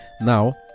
now